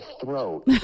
throat